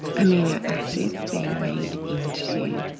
amino acids being made into